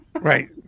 Right